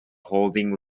holding